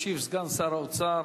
ישיב סגן שר האוצר,